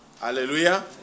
Hallelujah